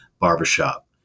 barbershop